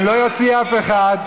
אני לא אוציא אף אחד,